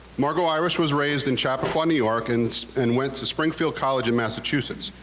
margo irish was raised in chaplain, new york and and went to springfield college in massachusetts.